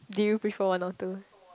did you prefer one or two